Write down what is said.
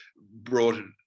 brought